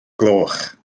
gloch